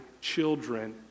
children